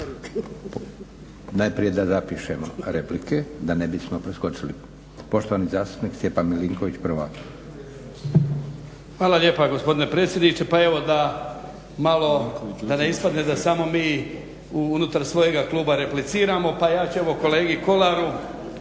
Najprije da zapišemo replike da ne bismo preskočili. Poštovani zastupnik Stjepan Milinković, prva. **Milinković, Stjepan (HDZ)** Hvala lijepa gospodine predsjedniče. Pa evo da malo, da ne ispadne da samo mi unutar svojega kluba repliciramo. Pa evo ja ću kolegi Kolaru